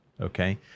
okay